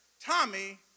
Tommy